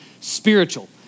spiritual